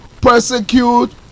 persecute